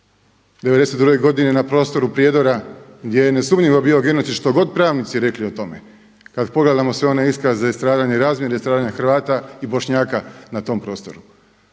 92. godine na prostoru Prijedora gdje je nesumnjivo bio genocid što god pravnici rekli o tome. Kad pogledamo sve one iskaze, stradanja, i razmjera stradanja Hrvata i Bošnjaka na tom prostoru.